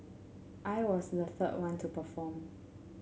I was the third one to perform